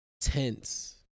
tense